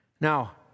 Now